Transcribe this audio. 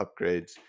upgrades